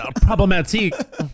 problematic